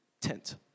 tent